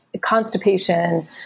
constipation